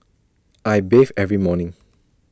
I bathe every morning